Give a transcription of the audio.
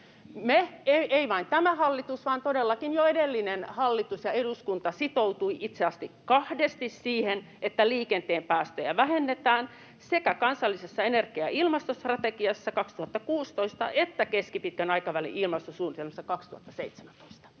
Me, ei vain tämä hallitus vaan todellakin jo edellinen hallitus ja eduskunta sitoutuivat itse asiassa kahdesti siihen, että liikenteen päästöjä vähennetään: sekä kansallisessa energia- ja ilmastostrategiassa 2016 että keskipitkän aikavälin ilmastosuunnitelmassa 2017.